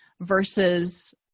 versus